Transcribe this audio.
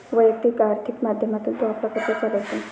वैयक्तिक आर्थिक माध्यमातून तो आपला खर्च चालवतो